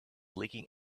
leaking